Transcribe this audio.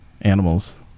animals